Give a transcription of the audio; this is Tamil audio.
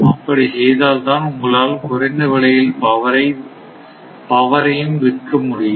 அப்படி செய்தால் தான் உங்களால் குறைந்த விலையில் பவரையும் விற்க முடியும்